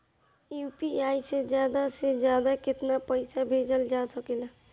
UPI से ज्यादा से ज्यादा केतना पईसा भेजल जा सकेला?